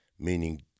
meaning